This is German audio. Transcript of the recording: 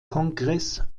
kongress